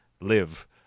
live